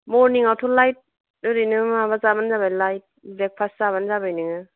मरनिंयावथ' light ओरैनो माबा जाबानो जाबाय लाइट ब्रेकफास्त जाबानो जाबाय नोङो